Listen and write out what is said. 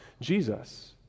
Jesus